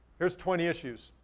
here's twenty issues,